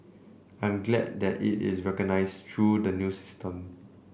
I'm glad that it is recognised through the new system